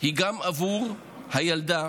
היא גם בעבור הילדה